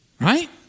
Right